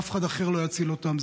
אף אחד אחר לא יציל אותם.